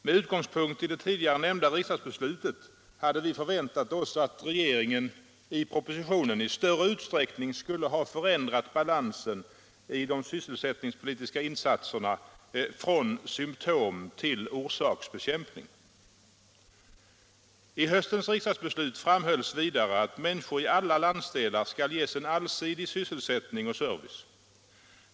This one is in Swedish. Med utgångspunkt i det tidigare nämnda riksdagsbeslutet hade vi förväntat oss att regeringen i propositionen i större utsträckning skulle ha förändrat balansen i de sysselsättningspolitiska insatserna från symtom till orsaksbekämpning. I höstens riksdagsbeslut framhölls vidare att människor i alla landsdelar skall ges en allsidig sysselsättning och service.